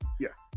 Yes